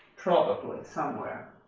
probably somewhere.